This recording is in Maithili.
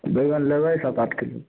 बैगन लेबै सात आठ किलो